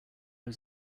was